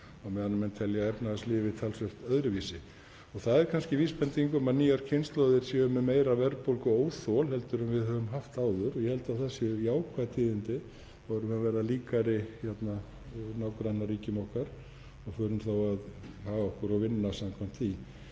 á meðan menn telja að efnahagslífið sé talsvert öðruvísi. Það er kannski vísbending um að nýjar kynslóðir séu með meira verðbólguóþol heldur en við höfum haft áður. Ég held að það séu jákvæð tíðindi að við erum að verða líkari nágrannaríkjum okkar og förum þá að haga okkur og vinna samkvæmt því.